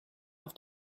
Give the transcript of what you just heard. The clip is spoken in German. auf